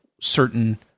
certain